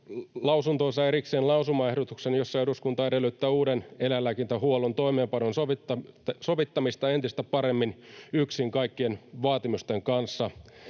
lausuntoonsa erikseen lausumaehdotuksen, jossa eduskunta edellyttää uuden eläinlääkintähuollon toimeenpanon sovittamista entistä paremmin yksiin kaikkien vaatimusten kanssa.